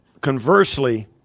Conversely